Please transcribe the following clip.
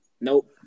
Nope